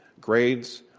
grades,